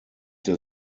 der